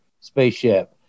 spaceship